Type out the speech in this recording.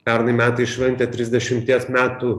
pernai metais šventė trisdešimties metų